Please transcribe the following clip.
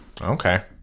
Okay